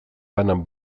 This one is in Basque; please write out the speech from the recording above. banan